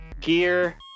gear